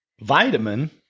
vitamin